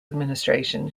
administration